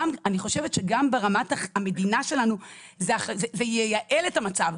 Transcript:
אני חושבת שגם ברמת המדינה שלנו זה ייעל את המצב,